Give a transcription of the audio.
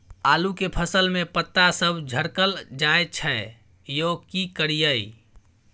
आलू के फसल में पता सब झरकल जाय छै यो की करियैई?